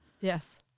Yes